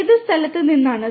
ഏത് സ്ഥലത്തുനിന്നാണ്